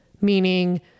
meaning